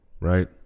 right